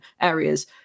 areas